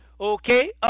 Okay